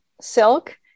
silk